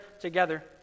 together